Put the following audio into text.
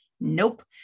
Nope